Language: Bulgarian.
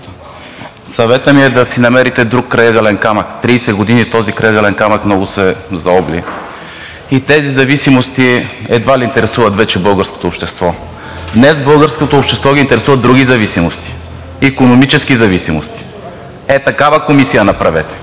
Съветът ми е да си намерите друг крайъгълен камък. Тридесет години този крайъгълен камък много се заобли и тези зависимости едва ли интересуват вече българското общество. Днес българското общество ги интересуват други зависимости – икономически зависимости. Ето такава комисия направете